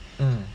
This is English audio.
mm